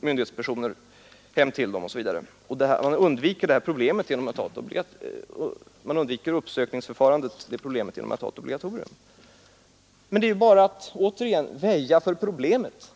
myndighetspersoner kommer hem till dem osv. Man undviker problemet med ett uppsökningsförfarande genom att ha ett obligatorium. Men det är ju återigen bara att väja för problemet.